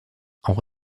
auch